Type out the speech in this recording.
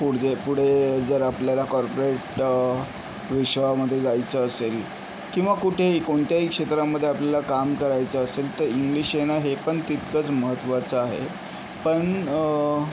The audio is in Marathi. पुढज् पुढे जर आपल्याला कॉर्पोरेट विश्वामध्ये जायचे असेल किंवा कुठेही कोणत्याही क्षेत्रामध्ये आपल्याला काम करायचे असेल तर इंग्लिश येणं हे पण तितकंच महत्वाचं आहे पण